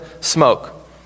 smoke